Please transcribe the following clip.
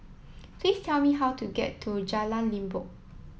please tell me how to get to Jalan Limbok